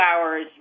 hours